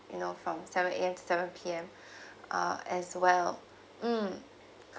you know from seven A_M to seven P_M uh as well mm